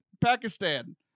pakistan